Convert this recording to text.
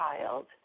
child